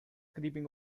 creeping